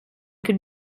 could